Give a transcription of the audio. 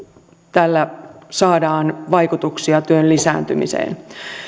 tällä saadaan vaikutuksia työn lisääntymiseen